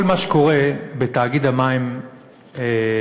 כל מה שקורה בתאגיד המים אל-עין,